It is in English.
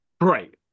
right